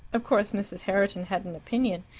of course mrs. herriton had an opinion,